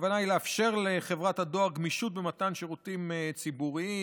הכוונה היא לאפשר לחברת הדואר גמישות במתן שירותים ציבוריים